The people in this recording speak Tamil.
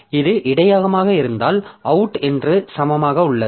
இது இடையகமாக இருந்தால் அவுட் என்றால் சமமாக உள்ளது